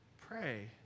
pray